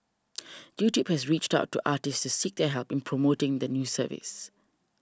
YouTube has reached out to artists to seek their help in promoting the new service